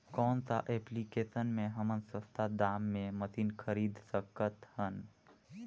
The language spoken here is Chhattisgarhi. कौन सा एप्लिकेशन मे हमन सस्ता दाम मे मशीन खरीद सकत हन?